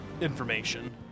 information